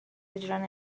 اجرا